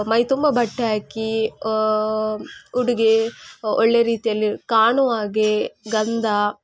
ಮೈ ತುಂಬ ಬಟ್ಟೆ ಹಾಕೀ ಉಡುಗೆ ಒಳ್ಳೆ ರೀತಿಯಲ್ಲಿ ಕಾಣುವಾಗೇ ಗಂಧ